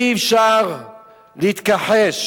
אי-אפשר להתכחש